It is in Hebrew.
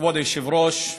כבוד היושב-ראש,